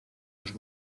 los